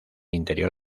interior